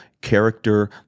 character